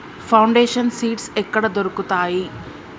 Foundation seeds ఎక్కడ దొరుకుతాయి?